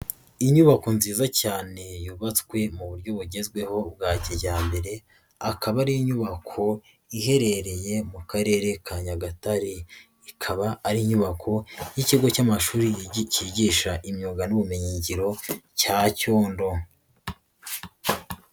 Inyubako nziza cyane yubatswe mu buryo bugezweho bwa kijyambere, akaba ari inyubako iherereye mu karere ka nyagatare . Ikaba ari inyubako y'ikigo cy'amashuri kigisha imyuga n'ubumenyi ngiro cya cyondo.